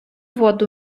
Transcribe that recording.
воду